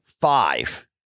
five